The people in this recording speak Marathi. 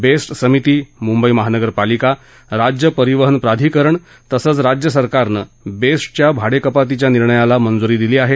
बेस्ट समिति मुंबई महानगर पालिका राज्य परिवहन प्राधिकरण तसंच राज्य सरकारने बेस्टच्या भाडे कपातीच्या निर्णयाला मंजूरी दिली आहे